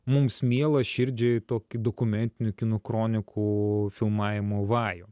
mums mielą širdžiai tokį dokumentinių kino kronikų filmavimo vajų